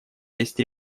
есть